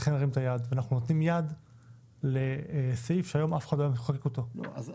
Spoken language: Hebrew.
אנחנו נותנים יד לסעיף שאף אחד לא היה מחוקק אותו היום.